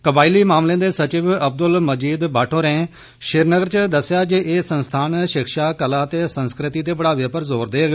कबायली मामलें दे सचिव अब्दुल माजिद मट्ट होरें श्रीनगर च दस्सेआ ऐ जे एह् संस्थान शिक्षा कला ते संस्कृति दे बढ़ावे पर जोर देग